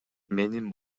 менин